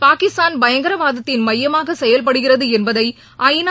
பாகிஸ்தான் பயங்கரவாதத்தின் மையமாக செயல்படுகிறது என்பதை ஐதா